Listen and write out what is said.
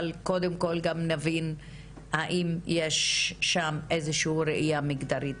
אבל קודם כל נבין האם יש שם איזה שהיא ראייה מגדרית.